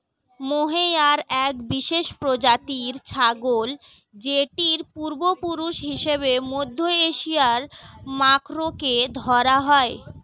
mohair এক বিশেষ প্রজাতির ছাগল যেটির পূর্বপুরুষ হিসেবে মধ্য এশিয়ার মাখরকে ধরা হয়